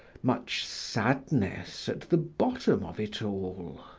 much sadness at the bottom of it all.